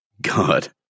God